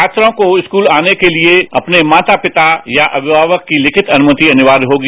छात्रों को स्कूल आने के लिए अपने माता पिता या अभिभावक की लिखित अनुमति अनिवार्य होगी